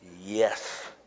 Yes